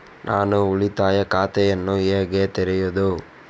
ನಾನು ಉಳಿತಾಯ ಖಾತೆಯನ್ನು ಹೇಗೆ ತೆರೆಯುದು?